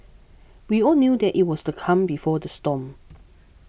we all knew that it was the calm before the storm